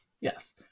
Yes